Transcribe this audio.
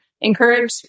encourage